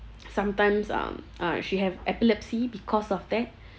sometimes um uh she have epilepsy because of that